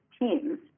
teams